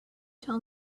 tell